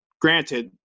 granted